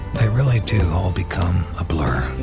they really do all become a blur.